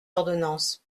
ordonnances